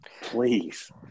Please